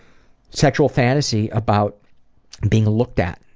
sexual fantasy about being looked at.